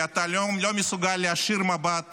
כי אתה לא מסוגל להישיר מבט